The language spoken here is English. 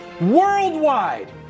worldwide